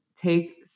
take